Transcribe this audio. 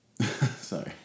Sorry